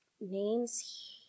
names